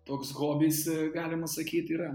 toks hobis galima sakyt yra